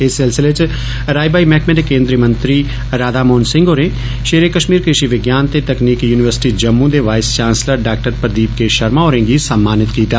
इस सिलसिले च राई बाई मैहकमें दे केन्द्री मंत्री राधा मोहन सिंह होरें पेरे कष्मीर क़ुशि विज्ञान ते तकनीकी युनिवर्सिटी जम्मू दे vice chancellor doctor Pradeep K R होरें सम्मानित कीता